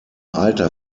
alter